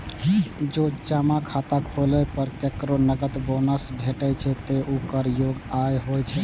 जौं जमा खाता खोलै पर केकरो नकद बोनस भेटै छै, ते ऊ कर योग्य आय होइ छै